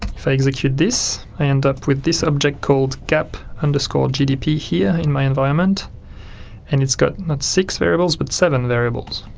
if i execute this i end up with this object called gap and gdp here in my environment and it's got not six variables but seven variables.